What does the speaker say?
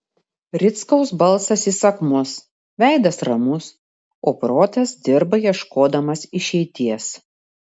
rickaus balsas įsakmus veidas ramus o protas dirba ieškodamas išeities